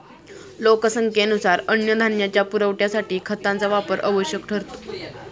लोकसंख्येनुसार अन्नधान्याच्या पुरवठ्यासाठी खतांचा वापर आवश्यक ठरतो